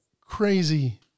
crazy